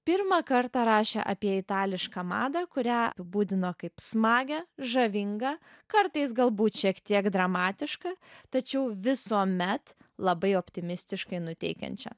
pirmą kartą rašė apie itališką madą kurią apibūdino kaip smagią žavingą kartais galbūt šiek tiek dramatišką tačiau visuomet labai optimistiškai nuteikiančią